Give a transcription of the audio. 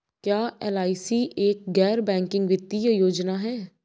क्या एल.आई.सी एक गैर बैंकिंग वित्तीय योजना है?